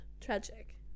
tragic